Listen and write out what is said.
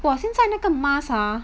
!whoa! 现在那个 mask ha